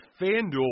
FanDuel